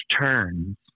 turns